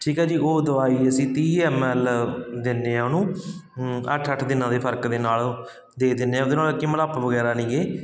ਠੀਕ ਆ ਜੀ ਉਹ ਦਵਾਈ ਅਸੀਂ ਤੀਹ ਐਮ ਐਲ ਦਿੰਦੇ ਹਾਂ ਉਹਨੂੰ ਅੱਠ ਅੱਠ ਦਿਨਾਂ ਦੇ ਫਰਕ ਦੇ ਨਾਲ ਦੇ ਦਿੰਦੇ ਹਾਂ ਉਹਦੇ ਨਾਲ ਕਿ ਮਲੱਪ ਵਗੈਰਾ ਨਹੀਂ ਗੇ